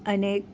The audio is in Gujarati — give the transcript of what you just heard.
અને